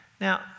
Now